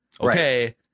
okay